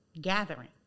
gathering